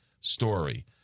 story